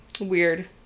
weird